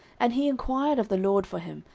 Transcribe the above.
and he enquired of the lord for him,